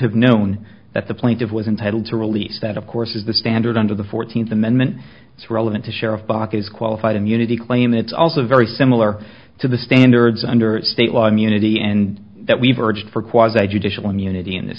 have known that the point of was entitled to release that of course is the standard under the fourteenth amendment it's relevant to share of bach is qualified immunity claim it's also very similar to the standards under state law immunity and that we've urged for quite a judicial immunity in this